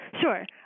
Sure